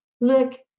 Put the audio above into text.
look